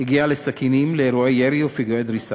הגיעה לסכינים, לאירועי ירי ופיגועי דריסה.